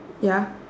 ya